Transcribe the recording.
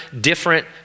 different